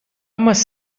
must